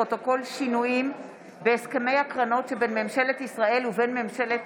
פרוטוקול שינויים בהסכמי הקרנות שבין ממשלת ישראל ובין ממשלת